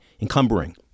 encumbering